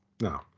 No